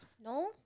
no